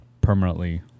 permanently